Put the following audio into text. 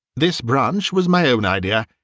this branch was my own idea.